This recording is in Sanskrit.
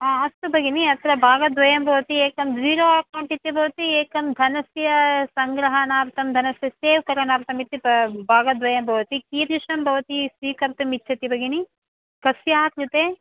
हा अस्तु भगिनि अत्र भागद्वयं भवति एकं जीरो अकौण्ट् इति भवति एकं धनस्य सङ्ग्रहणार्थं धनस्य सेव् करणार्थम् इति भागद्वयं भवति कीदृशं भवती स्वीकर्तुम् इच्छति भगिनि कस्याः कृते